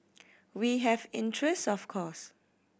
we have interest of course